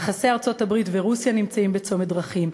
יחסי ארצות-הברית ורוסיה נמצאים בצומת דרכים,